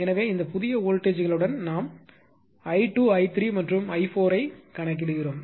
எனவே இந்த புதிய வோல்டேஜ் ங்களுடன் நாம் i2 i3 மற்றும் i4 ஐ கணக்கிடுகிறோம்